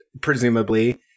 presumably